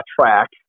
track